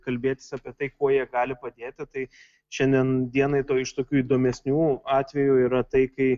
kalbėtis apie tai kuo jie gali padėti tai šiandien dienai to iš tokių įdomesnių atvejų yra tai kai